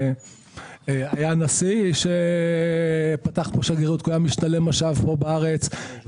- היה נשיא שפתח פה שגרירות כי היה משתלם מש"ב פה בארץ,